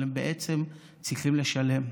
אבל הם בעצם צריכים לשלם.